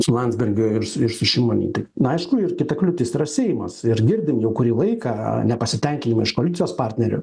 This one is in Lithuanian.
su landsbergiu ir ir su šimonyte na aišku ir kita kliūtis yra seimas ir girdim jau kurį laiką nepasitenkinimą iš koalicijos partnerių